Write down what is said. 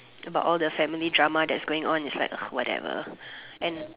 about all the family drama that's going on it's like whatever and